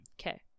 Okay